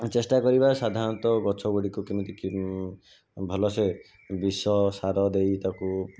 ଆମେ ଚେଷ୍ଟା କରିବା ସାଧାରଣତଃ ଗଛ ଗୁଡ଼ିକ କେମିତି କିମ୍ ଭଲ୍ସେ ବିଷ ସାର ଦେଇ ତାକୁ